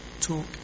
talk